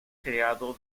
creado